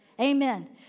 Amen